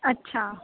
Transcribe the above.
ਅੱਛਾ